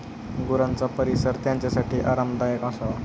गुरांचा परिसर त्यांच्यासाठी आरामदायक असावा